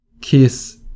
kiss